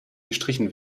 gestrichen